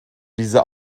diese